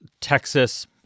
Texas